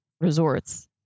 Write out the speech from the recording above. resorts